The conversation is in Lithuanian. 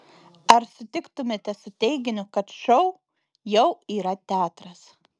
ar sutiktumėte su teiginiu kad šou jau yra teatras